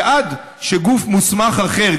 ועד שגוף מוסמך אחר,